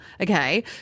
Okay